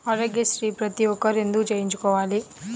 ఆరోగ్యశ్రీ ప్రతి ఒక్కరూ ఎందుకు చేయించుకోవాలి?